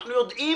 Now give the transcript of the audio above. אנחנו יודעים